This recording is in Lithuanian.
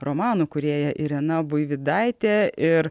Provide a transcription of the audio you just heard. romanų kūrėja irena buivydaitė ir